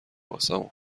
واسمون